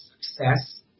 success